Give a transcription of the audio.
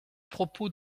propos